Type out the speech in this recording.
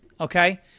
Okay